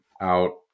out